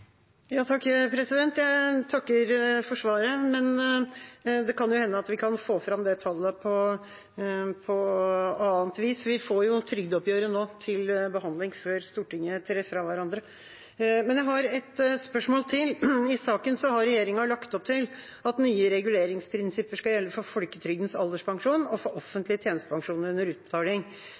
Jeg takker for svaret, men det kan jo hende at vi kan få fram det tallet på annet vis. Vi får jo nå trygdeoppgjøret til behandling før Stortinget går fra hverandre. Men jeg har et spørsmål til. I saken har regjeringa lagt opp til at nye reguleringsprinsipper skal gjelde for folketrygdens alderspensjon og for offentlige tjenestepensjoner under utbetaling.